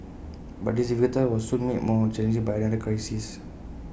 but this difficult task was soon made more challenging by another crisis